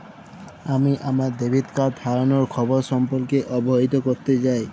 আমি আমার debit card হারানোর খবর সম্পর্কে অবহিত করতে চাই